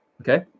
okay